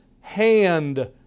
hand